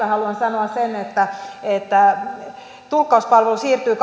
haluan sanoa sen että tulkkauspalvelu siirtyi